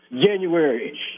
January